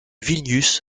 vilnius